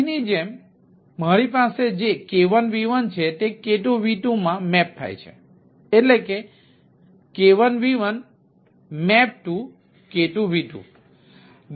અહીંની જેમ મારી પાસે જે k1v1 છે તે k2v2 માં મેપ થાય છેK1V1